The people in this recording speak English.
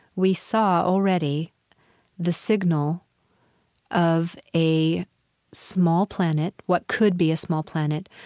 we saw already the signal of a small planet, what could be a small planet,